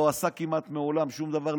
לא עשה כמעט מעולם שום דבר,